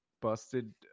busted